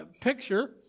picture